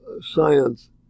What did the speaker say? science